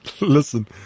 Listen